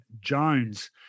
Jones